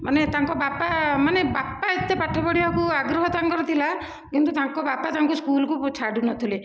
ମାନେ ତାଙ୍କ ବାପା ମାନେ ବାପା ଏତେ ପାଠ ପଢ଼ିବାକୁ ଆଗ୍ରହ ତାଙ୍କର ଥିଲା କିନ୍ତୁ ତାଙ୍କ ବାପା ତାଙ୍କୁ ସ୍କୁଲକୁ ଛାଡ଼ୁନଥିଲେ